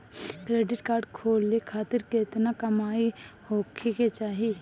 Credit card खोले खातिर केतना कमाई होखे के चाही?